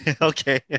Okay